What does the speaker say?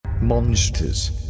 Monsters